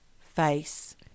face